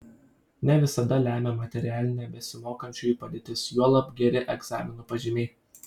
ne visada lemia materialinė besimokančiųjų padėtis juolab geri egzaminų pažymiai